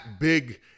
big